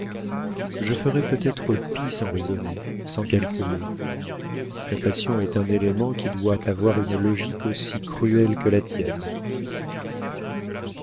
je ferai peut-être pis sans raisonner sans calculer la passion est un élément qui doit avoir une logique aussi cruelle que la tienne